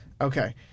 Okay